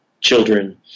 children